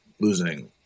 Losing